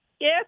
yes